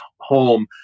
home